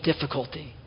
difficulty